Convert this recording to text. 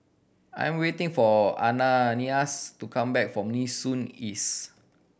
I'm waiting for Ananias to come back from Nee Soon East